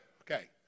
Okay